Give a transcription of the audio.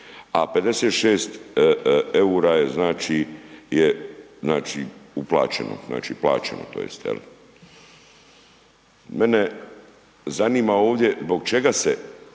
znači, je, znači, uplaćeno, znači, plaćeno tj. jel. Mene zanima ovdje zbog čega se